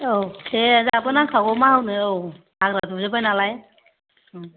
औ दे जाहाबो नांखागौ मावनो औ हाग्रा दुजोबबाय नालाय उम